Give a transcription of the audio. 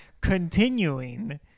continuing